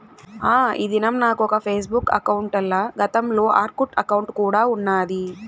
ఆ, ఈ దినం నాకు ఒక ఫేస్బుక్ బుక్ అకౌంటల, గతంల ఆర్కుట్ అకౌంటు కూడా ఉన్నాది